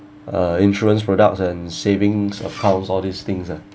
uh insurance products and savings accounts all these things ah